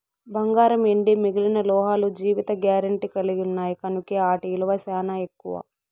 బంగారం, ఎండి మిగిలిన లోహాలు జీవిత గారెంటీ కలిగిన్నాయి కనుకే ఆటి ఇలువ సానా ఎక్కువ